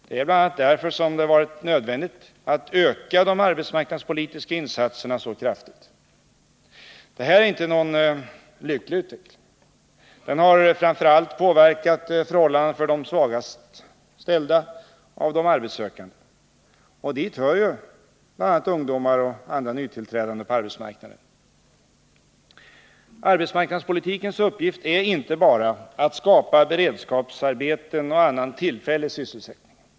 Det är bl.a. därför som det varit nödvändigt att öka de arbetsmarknadspolitiska insatserna så kraftigt. Det här är inte någon lycklig utveckling. Den har framför allt påverkat förhållandena för de svagast ställda bland de arbetssökande. Dit hör bl.a. ungdomar och andra nytillträdande på arbetsmarknaden. Arbetsmarknadspolitikens uppgift är inte bara att skapa beredskapsarbeten och annan tillfällig sysselsättning.